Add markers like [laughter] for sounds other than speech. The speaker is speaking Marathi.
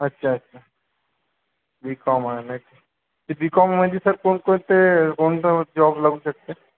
अच्छा अच्छा बी कॉम आहे ना ते बी कॉममध्ये सर कोणकोणते [unintelligible] जॉब लागू शकते